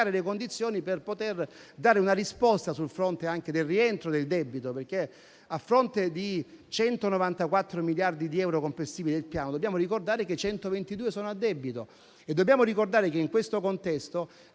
le condizioni per poter dare una risposta anche sul fronte del rientro del debito. Infatti, a fronte di 194 miliardi di euro complessivi del Piano, dobbiamo ricordare che 122 sono a debito e che in questo contesto